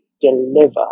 deliver